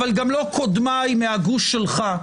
אבל גם לא קודמיי מהגוש שלך,